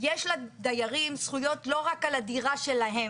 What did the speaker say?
יש לדיירים זכויות לא רק על הדירה שלהם.